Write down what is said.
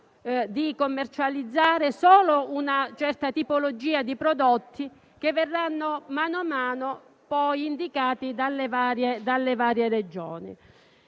di commercializzare solo una certa tipologia di prodotti che verranno man mano indicati dalle varie Regioni.